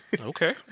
Okay